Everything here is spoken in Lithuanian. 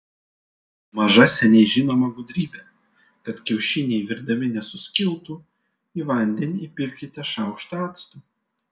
maža seniai žinoma gudrybė kad kiaušiniai virdami nesuskiltų į vandenį įpilkite šaukštą acto